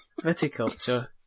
Viticulture